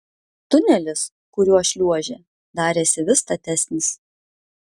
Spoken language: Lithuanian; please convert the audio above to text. tunelis kuriuo šliuožė darėsi vis statesnis